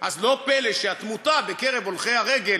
אז לא פלא שהתמותה בקרב הולכי הרגל